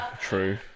true